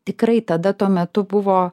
tikrai tada tuo metu buvo